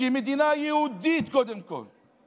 שהיא מדינה יהודית קודם כול,